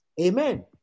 Amen